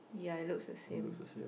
ya it looks the same